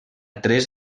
tres